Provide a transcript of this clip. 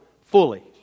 fully